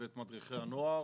את מדריכי הנוער,